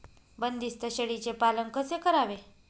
बंदिस्त शेळीचे पालन कसे करावे?